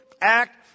act